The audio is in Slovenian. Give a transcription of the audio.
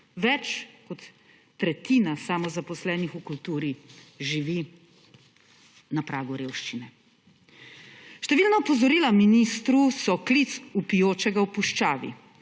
Več kot tretjina samozaposlenih v kulturi živi na pragu revščine. Številna opozorila ministru so klic vpijočega v puščavi.